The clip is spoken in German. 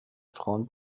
frauen